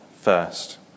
first